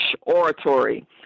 oratory